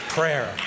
prayer